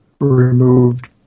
removed